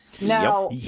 Now